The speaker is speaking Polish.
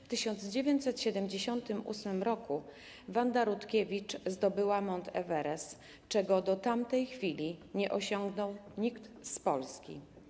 W 1978 r. Wanda Rutkiewicz zdobyła Mount Everest, czego do tamtej chwili nie osiągnął nikt z Polski.